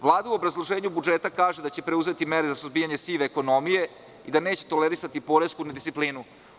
Vlada u obrazloženju budžeta kaže da će preduzeti mere za suzbijanje sive ekonomije, da neće tolerisati poresku nedisciplinu.